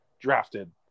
drafted